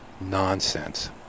nonsense